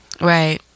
Right